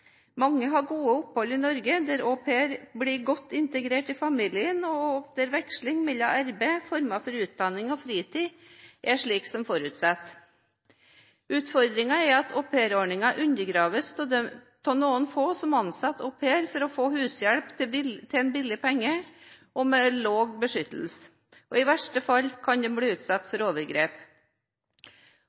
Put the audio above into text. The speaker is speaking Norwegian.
Mange har gode opphold i Norge hvor au pairen blir godt integrert i familien, og hvor vekslingen mellom arbeid, former for utdanning og fritid er slik som forutsatt. Utfordringen er at aupairordningen undergraves av noen få som ansetter au pair for å få hushjelp til en billig penge og med lav beskyttelse. I verste fall kan de bli utsatt for overgrep.